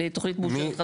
לתוכנית מאושרת חדשה.